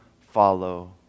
follow